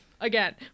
again